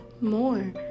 more